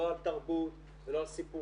לא על התרבות ולא על סיפורים,